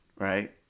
Right